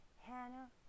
Hannah